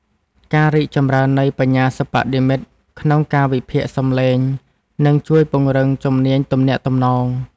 ការរីកចម្រើននៃ បញ្ញាសិប្បនិម្មិត ក្នុងការវិភាគសំឡេង នឹងជួយពង្រឹងជំនាញទំនាក់ទំនង។